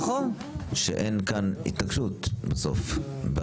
שאין כאן התעקשות בסוף.